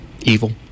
evil